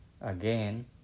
again